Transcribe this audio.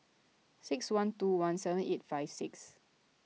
six one two one seven eight five six